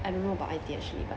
I don't know about I_T actually but